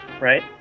Right